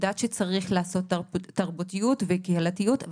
יודעת שצריך לעשות תרבותיות וקהילתיות,